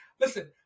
Listen